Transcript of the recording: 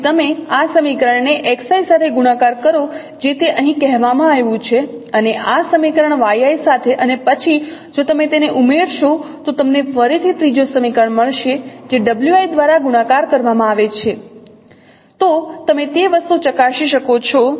તેથી તમે આ સમીકરણને x i સાથે ગુણાકાર કરો જે તે અહીં કહેવામાં આવ્યું છે અને આ સમીકરણ y i સાથે અને પછી જો તમે તેને ઉમેરશો તો તમને ફરીથી ત્રીજો સમીકરણ મળશે જે w i દ્વારા ગુણાકાર કરવામાં આવે છે તો તમે તે વસ્તુ ચકાસી શકો છો